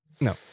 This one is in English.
No